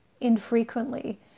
infrequently